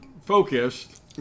focused